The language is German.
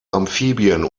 amphibien